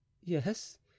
Yes